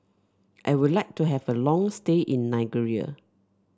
I would like to have a long stay in Nigeria